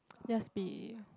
just be